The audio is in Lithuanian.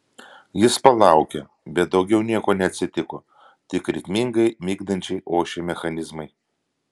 jis palaukė bet daugiau nieko neatsitiko tik ritmingai migdančiai ošė mechanizmai